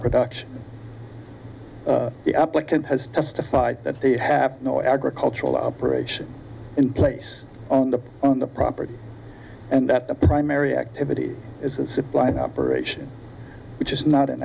production the applicant has testified that they have no agricultural operation in place on the on the property and that the primary activity is a supply and operation which is not an